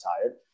tired